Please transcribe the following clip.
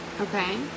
okay